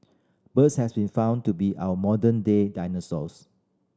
birds have been found to be our modern day dinosaurs